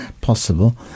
possible